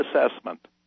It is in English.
assessment